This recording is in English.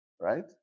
right